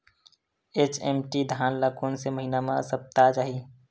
HMT धान ल कोन से महिना म सप्ता चाही?